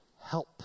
help